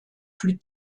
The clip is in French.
plus